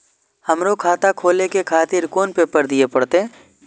हमरो खाता खोले के खातिर कोन पेपर दीये परतें?